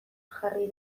jarri